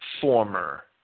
former